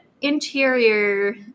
interior